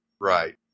Right